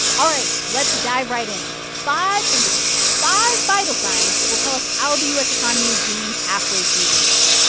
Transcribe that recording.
ah let's dive right in. five indicators, five vital signs that will tell us how the u s. economy is doing halfway through the year.